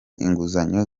inguzanyo